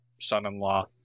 son-in-law